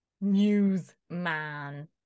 newsman